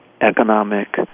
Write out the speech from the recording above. economic